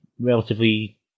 relatively